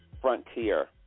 Frontier